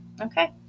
Okay